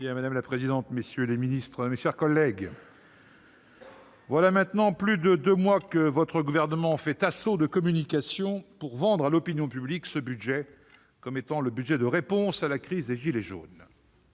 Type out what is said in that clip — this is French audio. Madame la présidente, messieurs les ministres, mes chers collègues, voilà maintenant plus de deux mois que le Gouvernement fait assaut de communication pour vendre à l'opinion publique ce budget comme étant la réponse à la crise des « gilets jaunes